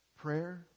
prayer